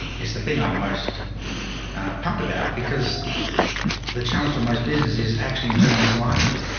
it's the thing i'm most pumped about because the challenge for most business is actually internal misalignment,